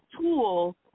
tool